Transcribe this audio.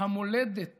"המולדת